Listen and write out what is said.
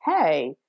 hey